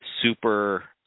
super